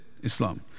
Islam